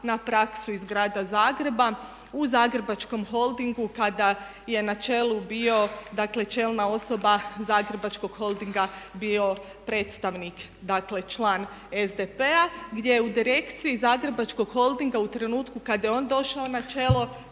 na praksu iz grada Zagreba, u Zagrebačkom holdingu kada je na čelu bio, dakle čelna osoba Zagrebačkog holdinga bio predstavnik, dakle član SDP-a, gdje je u Direkciji Zagrebačkog holdinga u trenutku kada je on došao na čelo